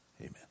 Amen